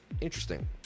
Interesting